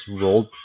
rolled